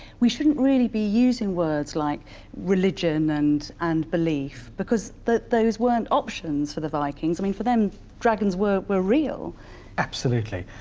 we shouldn't really be using words like religion and and belief because that those weren't options for the vikings i mean for them dragons were were real absolutely,